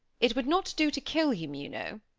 it would not do to kill him, you know.